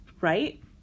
right